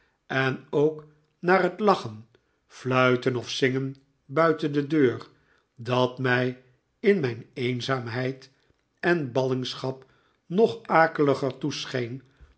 en ook naar het lachen fluiteii of zingen buiten de deur dat mij in mijn eenzaamheid en ballingschap nog akeliger toescheen